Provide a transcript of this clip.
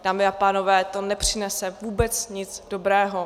Dámy a pánové, to nepřinese vůbec nic dobrého.